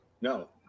no